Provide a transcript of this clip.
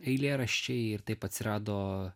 eilėraščiai ir taip atsirado